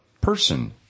person